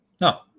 no